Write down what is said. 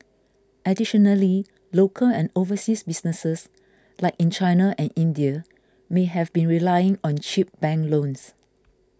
additionally local and overseas businesses like in China and India may have been relying on cheap bank loans